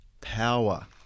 power